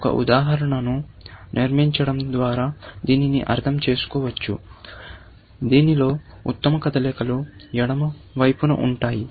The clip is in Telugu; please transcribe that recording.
ఒక ఉదాహరణను నిర్మించడం ద్వారా దీనిని అర్థం చేసుకోవచ్చు దీనిలో ఉత్తమ కదలికలు ఎడమ వైపున ఉంటాయి